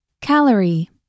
Calorie